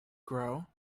grow